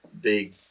big